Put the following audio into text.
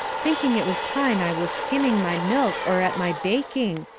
thinking it was time i was skimming my milk or at my baking,